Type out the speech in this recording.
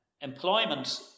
employment